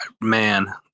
man